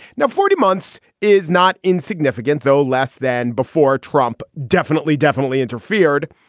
now, forty months is not insignificant, though less than before. trump definitely, definitely interfered.